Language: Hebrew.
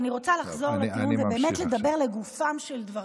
אני רוצה לחזור לדיון ובאמת לדבר לגופם של דברים.